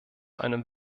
einem